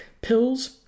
pills